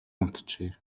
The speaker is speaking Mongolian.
унтжээ